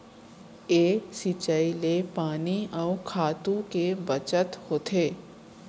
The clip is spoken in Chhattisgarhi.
ए सिंचई ले पानी अउ खातू के बचत होथे